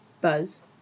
buzz